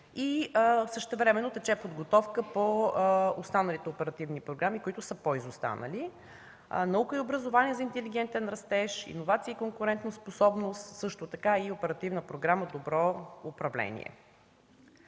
и същевременно тече подготовка по останалите оперативни програми, които са по-изостанали – „Наука и образование за интелигентен растеж”, „Иновации и конкурентоспособност”, също така и Оперативна програма „Добро управление”.